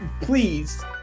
please